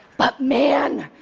but man,